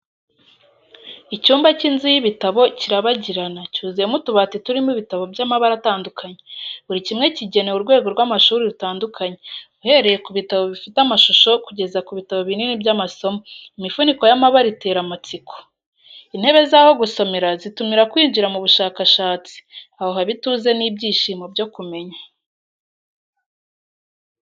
Icyumba cy'inzu y'ibitabo kirabagirana, cyuzuyemo utubati turimo ibitabo by’amabara atandukanye, buri kimwe kigenewe urwego rw’amashuri rutandukanye. Uhereye ku bitabo bifite amashusho kugeza ku bitabo binini by’amasomo, imifuniko y’amabara itera amatsiko. Intebe z’aho gusomera zitumira kwinjira mu bushakashatsi, aho haba ituze n’ibyishimo byo kumenya.